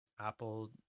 apple